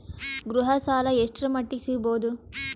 ಗೃಹ ಸಾಲ ಎಷ್ಟರ ಮಟ್ಟಿಗ ಸಿಗಬಹುದು?